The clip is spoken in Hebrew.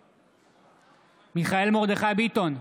נגד מיכאל מרדכי ביטון,